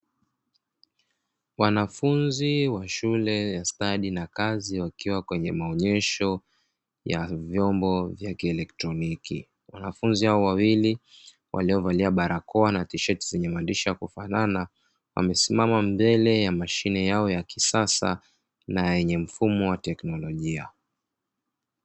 Wanafunzi wa shule ya ufundi na stadi wakiwa kwenye maonesho ya vyombo vya kieletroniki, wanafunzi hao wawili waliovalia barakoa na tisheti ya kufanana wamesimama mbele ya mashine ya kisasa, na yenye mfumo wa tekinolojia.